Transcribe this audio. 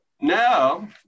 now